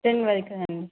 ten వరకే అండి